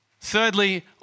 Thirdly